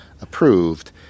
approved